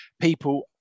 People